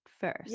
first